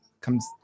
comes